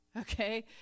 okay